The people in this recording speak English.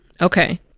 okay